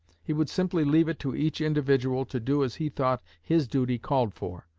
he would simply leave it to each individual to do as he thought his duty called for.